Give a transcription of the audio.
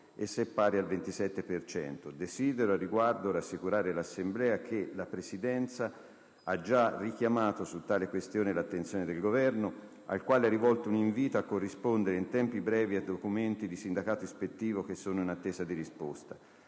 al 27 per cento. Desidero al riguardo rassicurare l'Assemblea che la Presidenza ha già richiamato su tale questione l'attenzione del Governo, al quale ha rivolto un invito a corrispondere in tempi brevi ai documenti di sindacato ispettivo in attesa di risposta.